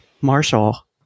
Marshall